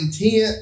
intent